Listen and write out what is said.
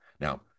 Now